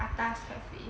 atas cafe